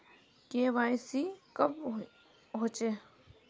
KYC कब होचे?